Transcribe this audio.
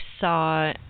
saw